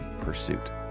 pursuit